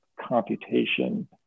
computation